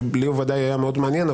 שלי בוודאי היה מאוד מעניין,